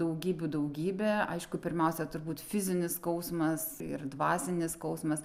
daugybių daugybė aišku pirmiausia turbūt fizinis skausmas ir dvasinis skausmas